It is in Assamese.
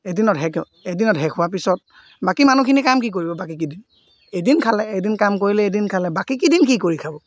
এদিনত শেষ এদিনত শেষ হোৱাৰ পিছত বাকী মানুহখিনি কাম কি কৰিব বাকী কেইদিন এদিন খালে এদিন কাম কৰিলে এদিন খালে বাকী কেইদিন কি কৰি খাব